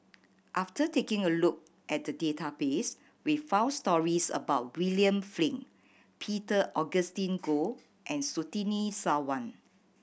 after taking a look at the database we found stories about William Flint Peter Augustine Goh and Surtini Sarwan